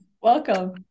Welcome